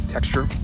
Texture